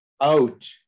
out